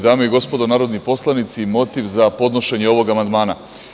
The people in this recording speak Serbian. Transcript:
Dame i gospodo narodni poslanici, motiv za podnošenje ovog amandmana.